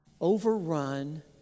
overrun